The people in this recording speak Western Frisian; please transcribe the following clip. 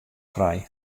frij